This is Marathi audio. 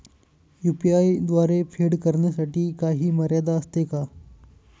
यु.पी.आय द्वारे फेड करण्यासाठी काही मर्यादा असते का?